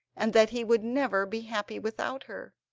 and that he would never be happy without her.